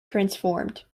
transformed